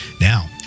Now